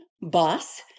Boss